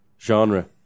genre